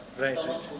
Right